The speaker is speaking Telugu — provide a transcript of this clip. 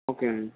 ఓకే అండి